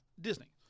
Disney